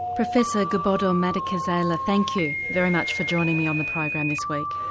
professor gobodo-madikizela thank you very much for joining me on the program this week.